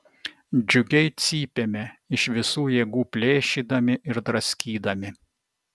džiugiai cypėme iš visų jėgų plėšydami ir draskydami